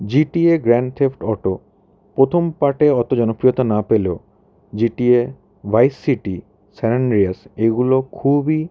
GTA grand theft auto প্রথম পার্টে অত জনপ্রিয়তা না পেলেও GTA vice city San Andreas এইগুলো খুবই